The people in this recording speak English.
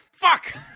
Fuck